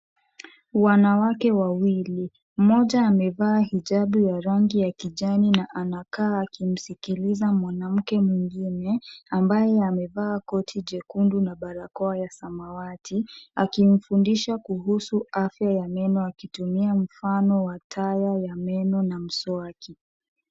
Wanawake wawili. Mmoja amevaa hijabu ya rangi ya kijani na anakaa akimsikiliza mwanamke mwingine ambaye amevaa koti jekundu na barakoa ya samawati akimfundisha kuhusu afya ya meno akitumia mfano wa taya ya meno na mswaki.